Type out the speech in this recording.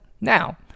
now